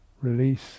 release